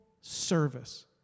service